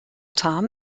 tom